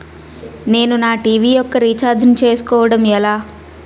నేను నా టీ.వీ యెక్క రీఛార్జ్ ను చేసుకోవడం ఎలా?